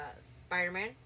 Spider-Man